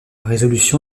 résolution